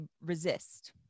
resist